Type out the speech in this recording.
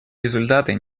результаты